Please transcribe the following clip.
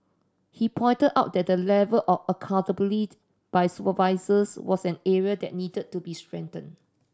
he pointed out that the level of accountabilitied by supervisors was an area that needed to be strengthen